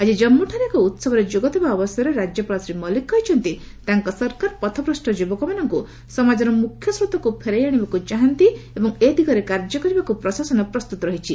ଆଜି ଜାମ୍ମୁଠାରେ ଏକ ଉହବରେ ଯୋଗ ଦେବା ଅବସରରେ ରାଜ୍ୟପାଳ ଶ୍ରୀ ମଲ୍ଲିକ କହିଛନ୍ତି ତାଙ୍କ ସରକାର ପଥଭ୍ରଷ୍ଟ ଯ୍ରବକମାନଙ୍କ ସମାଜର ମ୍ରଖ୍ୟସ୍ରୋତକ୍ ଫେରାଇ ଆଣିବାକ୍ ଚାହାନ୍ତି ଏବଂ ଏ ଦିଗରେ କାର୍ଯ୍ୟ କରିବାକୁ ପ୍ରଶାସନ ପ୍ରସ୍ତୁତ ରହିଛି